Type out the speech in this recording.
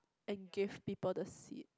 and give people the seat